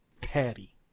Patty